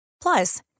Plus